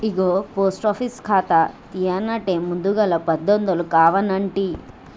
ఇగో post office ఖాతా తీయన్నంటే ముందుగల పదొందలు కావనంటి